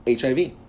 HIV